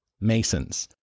Masons